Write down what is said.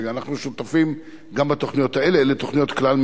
ואנחנו שותפים גם בתוכניות האלה.